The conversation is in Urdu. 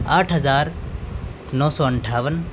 آٹھ ہزار نو سو اٹھاون